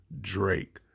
Drake